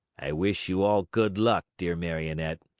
i wish you all good luck, dear marionette.